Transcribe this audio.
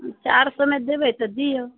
चारि सए मे देबै तऽ दिऔ